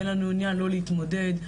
ואין לנו לא להתמודד.